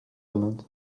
olnud